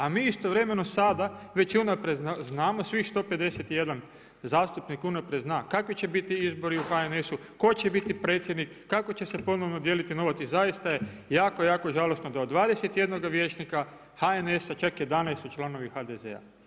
A mi istovremeno sada već unaprijed znamo svih 151 zastupnik unaprijed zna kakvi će biti izbori u HNS-u, tko će biti predsjednik, kako će se ponovno dijeliti novac i zaista je jako, jako žalosno da od 21 vijećnika HNS-a čak 11 su članovi HDZ.